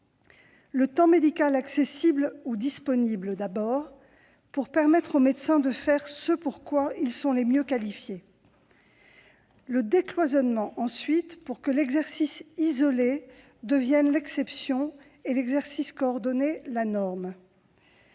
le temps médical accessible ou disponible, qui consiste à permettre aux médecins de faire ce pour quoi ils sont les mieux qualifiés, et, d'autre part, le décloisonnement, pour que l'exercice isolé devienne l'exception et l'exercice coordonné la norme.